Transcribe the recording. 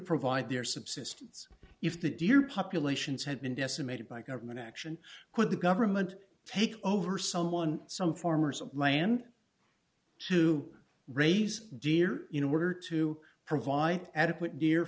provide their subsistence if the deer populations had been decimated by government action could the government take over someone some farmers of land to raise deer you know order to provide adequate